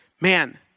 man